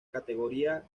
categoría